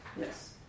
Yes